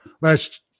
last